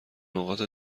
نقاط